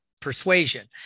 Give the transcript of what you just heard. persuasion